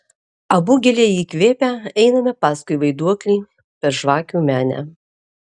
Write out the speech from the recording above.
abu giliai įkvėpę einame paskui vaiduoklį per žvakių menę